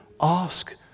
ask